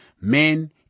Men